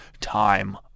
time